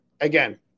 Again